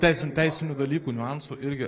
teisinių teisinių dalykų niuansų irgi